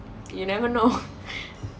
you never know